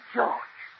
George